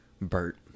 Bert